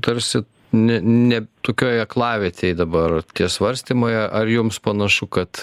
tarsi ne ne tokioj aklavietėj dabar tie svarstymai ar jums panašu kad